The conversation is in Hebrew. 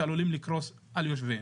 שעלולים לקרוס על יושביהם.